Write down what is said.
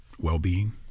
well-being